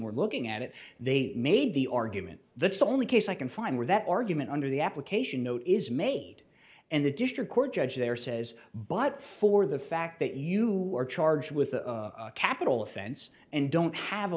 we're looking at it they made the argument that's the only case i can find where that argument under the application note is made and the district court judge there says but for the fact that you are charged with a capital offense and don't have a